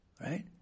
right